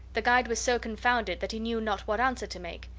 the guide was so confounded that he knew not what answer to make,